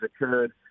occurred